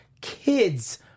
Kids